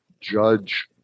Judge